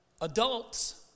Adults